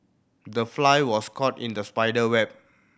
the fly was caught in the spider's web